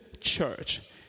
church